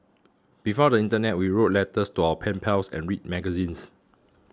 before the internet we wrote letters to our pen pals and read magazines